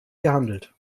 gehandelt